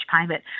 payment